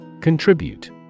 Contribute